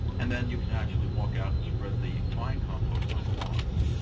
and then you can actually walk out and spread the fine compost on the lawns.